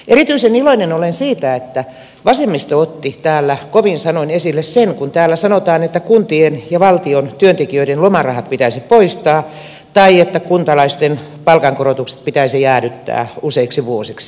erityisen iloinen olen siitä että vasemmisto otti täällä kovin sanoin esille sen kun täällä sanotaan että kuntien ja valtion työntekijöiden lomarahat pitäisi poistaa tai että kuntalaisten palkankorotukset pitäisi jäädyttää useiksi vuosiksi